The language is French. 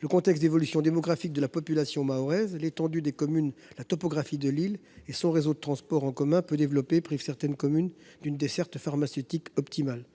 Le contexte d’évolution démographique de la population mahoraise, l’étendue des communes, la topographie de l’île et son réseau de transports en commun peu développé privent certaines communes d’une desserte pharmaceutique optimale.